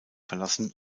verlassen